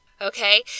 Okay